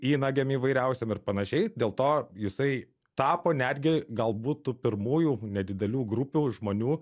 įnagiam įvairiausiem ir panašiai dėl to jisai tapo netgi galbūt tų pirmųjų nedidelių grupių žmonių